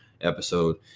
episode